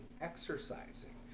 exercising